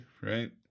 right